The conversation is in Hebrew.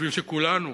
בשביל כולנו,